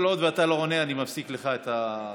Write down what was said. כל עוד אתה לא עונה אני מפסיק לך את השעון.